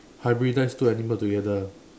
hybridise two animals together